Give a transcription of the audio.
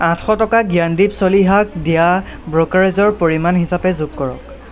আঠশ টকা জ্ঞানদীপ চলিহাক দিয়া ব্ৰ'কাৰেজৰ পৰিমাণ হিচাপে যোগ কৰক